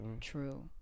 True